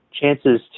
chances